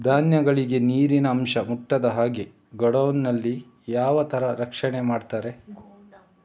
ಧಾನ್ಯಗಳಿಗೆ ನೀರಿನ ಅಂಶ ಮುಟ್ಟದ ಹಾಗೆ ಗೋಡೌನ್ ನಲ್ಲಿ ಯಾವ ತರ ರಕ್ಷಣೆ ಮಾಡ್ತಾರೆ?